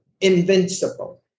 Invincible